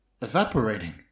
evaporating